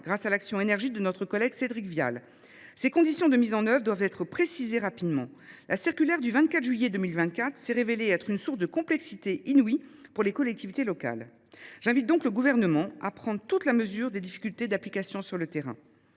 grâce à l’action énergique de notre collègue Cédric Vial, doivent être précisées rapidement. La circulaire du 24 juillet 2024 s’est en effet révélée une source de complexité inouïe pour les collectivités locales. J’invite donc le Gouvernement à prendre toute la mesure des difficultés d’application sur le terrain.